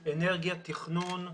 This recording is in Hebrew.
אנרגיה, תכנון,